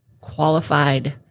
qualified